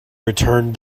returned